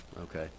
Okay